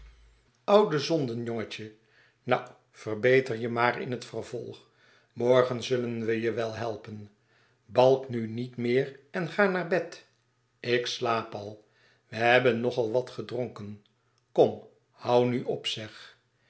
oude zonden jongentje nou verbeter je maar in het vervolg morgen zullen we je wel helpen balk nu niet meer en ga naar bed ik slaap al we hebben nog al wat gedronken kom hoû nu op zeg